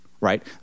right